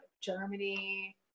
Germany